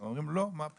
אומרים, לא, מה פתאום.